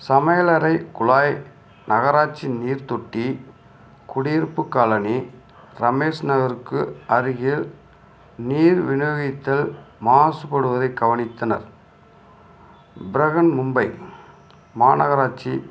சமையலறை குழாய் நகராட்சி நீர்த் தொட்டி குடியிருப்பு காலனி ரமேஷ் நகருக்கு அருகில் நீர் விநியோகித்தல் மாசுபடுவதைக் கவனித்தனர் பிரஹன்மும்பை மாநகராட்சி